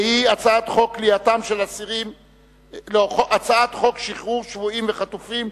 והיא הצעת חוק שחרור שבויים וחטופים,